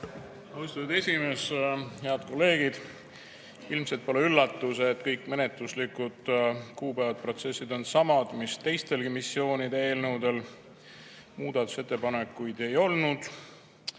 Austatud esimees! Head kolleegid! Ilmselt pole üllatus, et kõik menetluslikud kuupäevad ja protsessid on samad, mis teistelgi missioonide eelnõudel. Muudatusettepanekuid ei olnud.